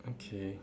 okay